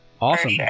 awesome